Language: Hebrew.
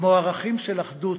כמו אחדות,